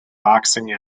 boxing